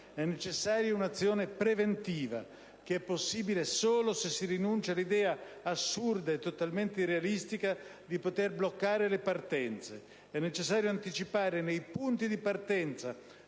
È necessaria un'azione preventiva, che è possibile solo se si rinuncia all'idea, assurda e totalmente irrealistica, di poter bloccare le partenze. È necessario anticipare nei punti di partenza